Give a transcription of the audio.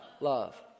love